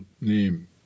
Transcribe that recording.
name